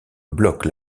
bloque